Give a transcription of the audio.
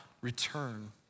return